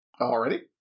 Already